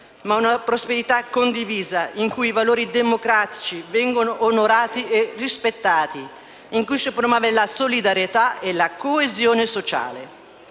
come una prosperità condivisa, in cui i valori democratici vengono onorati e rispettati e si promuovono la solidarietà e la coesione sociale?